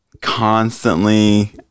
constantly